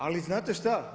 Ali znate šta?